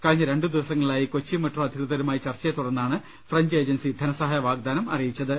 കഴിഞ്ഞ രണ്ടു ദിവസങ്ങളിലായി കൊച്ചി മെട്രോ അധികൃതരുമായി ചർച്ചയെ തുടർന്നാണ് ഫ്രഞ്ച് ഏജൻസി ധനസഹായവാഗ്ദാനം അറിയിച്ചത്